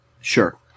Sure